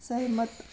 ਸਹਿਮਤ